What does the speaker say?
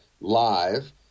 live